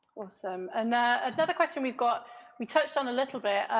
awesome. and another question we've got we touched on a little bit,